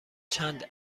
چند